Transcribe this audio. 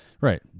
Right